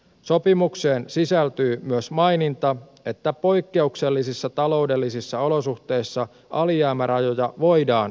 sopimukseen sisältyy myös maininta että poikkeuksellisissa taloudellisissa olosuhteissa alijäämärajoja voidaan rikkoa